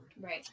Right